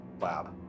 lab